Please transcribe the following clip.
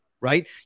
right